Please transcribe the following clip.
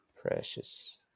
Precious